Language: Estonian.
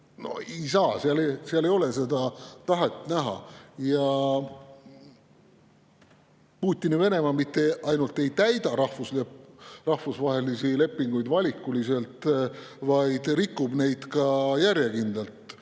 No ei ole seal seda tahet näha! Ja Putini Venemaa mitte ainult ei täida rahvusvahelisi lepinguid valikuliselt, vaid rikub neid järjekindlalt.